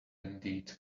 indeed